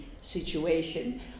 situation